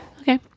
okay